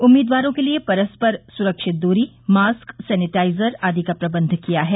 उम्मीदवारों के लिए परस्पर सुरक्षित दूरी मास्क सेनेटाइजर आदि का प्रबंध किया है